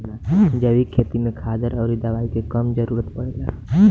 जैविक खेती में खादर अउरी दवाई के कम जरूरत पड़ेला